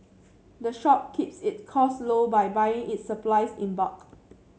the shop keeps its costs low by buying its supplies in bulk